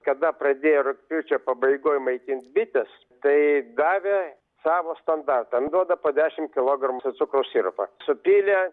kada pradėjo rugpjūčio pabaigoj maitint bites tai gavę savo standartan duoda po dešim kilogramų su cukraus sirupą supylė